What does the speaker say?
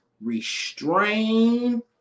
restrain